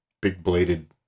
big-bladed